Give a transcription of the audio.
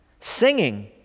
Singing